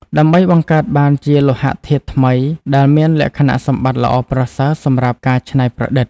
ដើម្បីបង្កើតបានជាលោហៈធាតុថ្មីដែលមានលក្ខណៈសម្បត្តិល្អប្រសើរសម្រាប់ការច្នៃប្រឌិត។